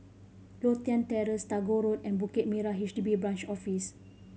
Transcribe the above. Lothian Terrace Tagore Road and Bukit Merah H D B Branch Office